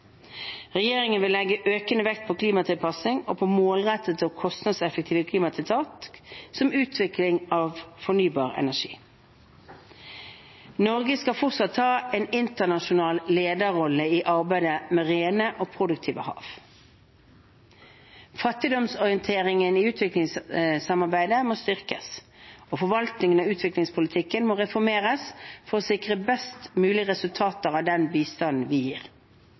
Regjeringen vil legge økende vekt på klimatilpasning og på målrettede og kostnadseffektive klimatiltak, som utvikling av fornybar energi. Norge skal fortsatt ta en internasjonal lederrolle i arbeidet med rene og produktive hav. Fattigdomsorienteringen i utviklingssamarbeidet må styrkes, og forvaltningen av utviklingspolitikken må reformeres for å sikre best mulig resultater av den bistanden vi gir.